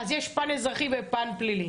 אז יש פן אזרחי ופן פלילי?